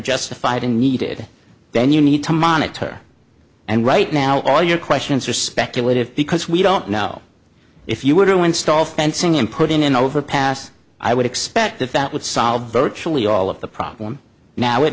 justified and needed then you need to monitor and right now all your questions are speculative because we don't know if you would do install fencing and put in an overpass i would expect that that would solve virtually all of the problem now it